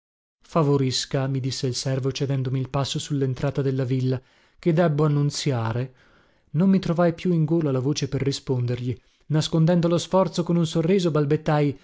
favorisca mi disse il servo cedendomi il passo su lentrata della villa chi debbo annunziare non mi trovai più in gola la voce per rispondergli nascondendo lo sforzo con un sorriso balbettai